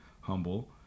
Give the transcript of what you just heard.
Humble